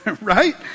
right